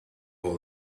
all